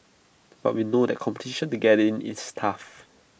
but we know that competition to get in is tough